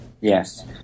yes